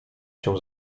się